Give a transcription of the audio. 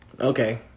Okay